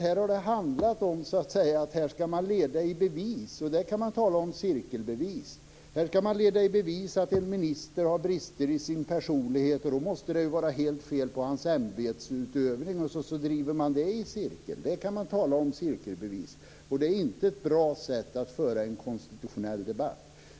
Här har det handlat om att man vill leda i bevis att en minister har brister i sin personlighet. Då måste det vara helt fel på hans ämbetsutövning. Sedan driver man det i cirkel. Där kan man tala om cirkelbevis. Det är inte ett bra sätt att föra en konstitutionell debatt.